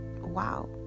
wow